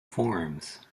forms